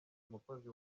umukozi